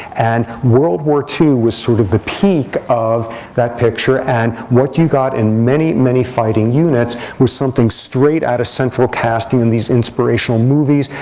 and world war ii was sort of the peak of that picture. and what you got in many, many fighting units was something straight out of central casting in these inspirational movies.